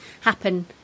happen